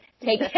Take